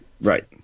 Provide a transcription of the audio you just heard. Right